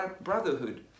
brotherhood